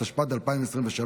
התשפ"ד 2023,